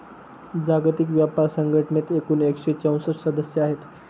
जागतिक व्यापार संघटनेत एकूण एकशे चौसष्ट सदस्य आहेत